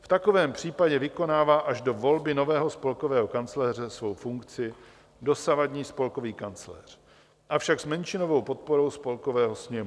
V takovém případě vykonává až do volby nového spolkového kancléře svou funkci dosavadní spolkový kancléř, avšak s menšinovou podporou Spolkového sněmu.